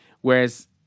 Whereas